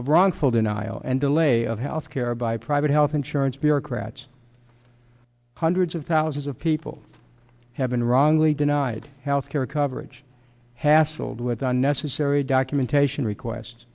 of wrongful denial and delay of health care by private health insurance bureaucrats hundreds of thousands of people have been wrongly denied health care coverage hassled with unnecessary documentation request